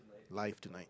live tonight